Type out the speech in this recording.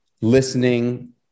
listening